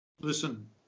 Listen